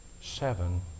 seven